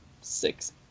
six